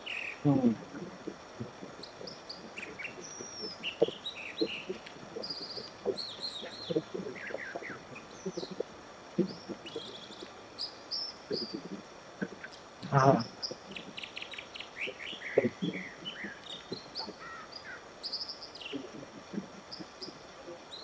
ꯎꯝ ꯑꯥ